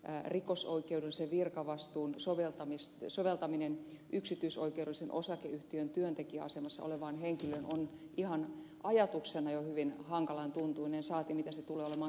rikosoikeudellisen virkavastuun soveltaminen yksityisoikeudellisen osakeyhtiön työntekijän asemassa olevaan henkilöön on ihan ajatuksena jo hyvin hankalan tuntuinen saati mitä se tulee olemaan käytännössä